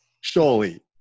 Surely